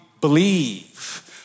believe